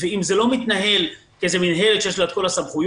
אם זה לא מתנהל באיזו מינהלת שיש לה את כל הסמכויות,